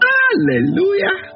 hallelujah